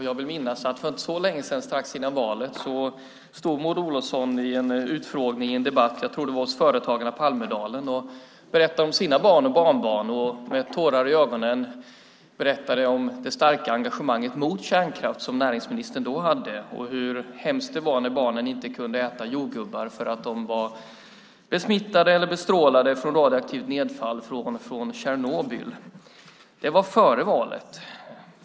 Jag vill minnas att Maud Olofsson för inte så länge sedan, strax före valet, i en debatt - jag tror att det var med Företagarna i Almedalen - berättade om sina barn och barnbarn och med tårar i ögonen berättade om det starka engagemang mot kärnkraften som näringsministern då hade och hur hemskt det var när barnbarnen inte kunde äta jordgubbar för att de var besmittade eller bestrålade av radioaktivt nedfall från Tjernobyl. Det var före valet.